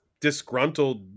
disgruntled